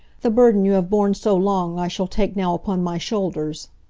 the burden you have borne so long i shall take now upon my shoulders.